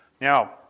Now